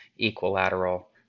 equilateral